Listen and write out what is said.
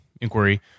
inquiry